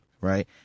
right